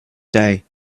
day